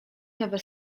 nowe